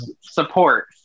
support